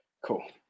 cool